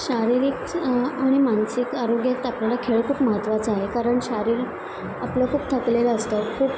शारीरिक आणि मानसिक आरोग्यात आपल्याला खेळ खूप महत्त्वाचा आहे कारण शारीरिक आपलं खूप थकलेलं असतं खूप